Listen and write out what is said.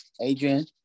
Adrian